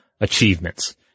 achievements